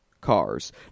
cars